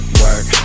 work